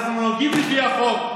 אנחנו נוהגים לפי החוק.